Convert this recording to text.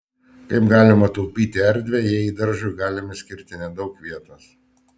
kaip galima taupyti erdvę jei daržui galime skirti nedaug vietos